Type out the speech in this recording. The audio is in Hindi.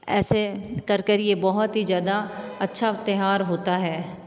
ऐसे कर कर ये बहुत ही ज़्यादा अच्छा त्यौहार होता है